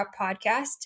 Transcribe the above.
Podcast